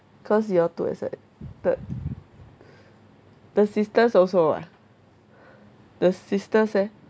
cause you all too excited the sisters also ah the sisters eh